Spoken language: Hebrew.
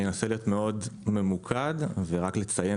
אני אנסה להיות מאוד ממוקד ורק לציין